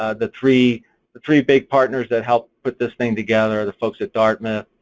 ah the three the three big partners that helped put this thing together the folks at dartmouth,